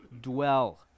dwell